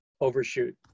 overshoot